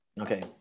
Okay